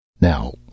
Now